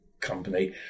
company